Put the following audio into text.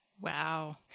Wow